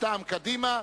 מטעם קדימה,